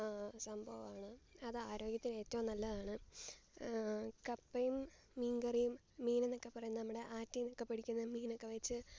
സംഭവമാണ് അതാരോഗ്യത്തിന് ഏറ്റോം നല്ലതാണ് കപ്പേം മീൻ കറിയും മീനന്നക്കെ പറയുന്നത് നമ്മുടെ ആറ്റിന്നക്കെ പിടിക്കുന്ന മീനക്കെ വെച്ച്